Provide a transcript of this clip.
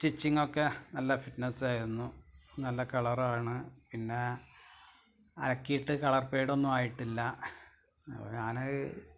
സ്റ്റിച്ചിങ്ങൊക്കെ നല്ല ഫിറ്റ്നസ് ആയിരുന്നു നല്ല കളർ ആണ് പിന്നെ അലക്കിയിട്ട് കളര് പെയ്ഡ് ഒന്നും ആയിട്ടില്ല ഞാൻ